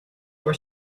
your